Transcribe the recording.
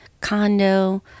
condo